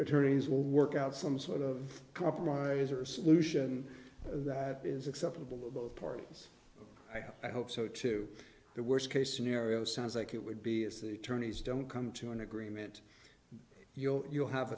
attorneys will work out some sort of compromise or solution that is acceptable of both parties i hope so too the worst case scenario sounds like it would be as the attorneys don't come to an agreement you'll you'll have